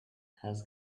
has